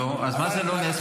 נו, אז מה זה לא נס?